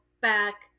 back